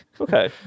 Okay